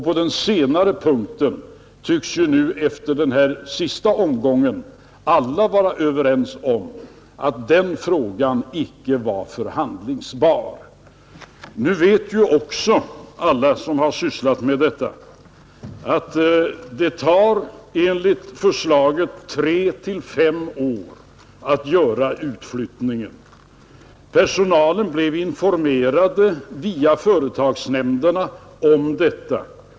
På den senare punkten tycks efter den sista omgången alla vara överens om att den frågan icke var förhandlingsbar. Nu vet också alla som sysslat med detta att det enligt förslaget tar tre till fem år att göra utflyttningen. Personalen blev via företagsnämnderna informerad om detta.